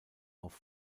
auf